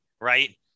right